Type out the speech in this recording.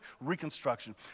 reconstruction